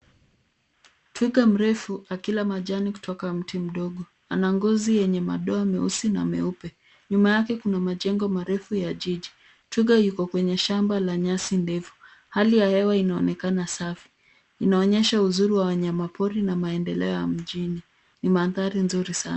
Twiga mrefu akila majani kutoka mti mdogo, ana ngozi yenye madoa meusi na meupe nyuma yake kuna majengo marefu ya jiji. Twiga yuko kwenye shamba lenye nyasi ndefu hali ya hewa linaonekana safi, linaonyesha uzuri wa wanyamapori na maendeleo ya mjini. Ni mandhari mzuri sana.